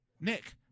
Nick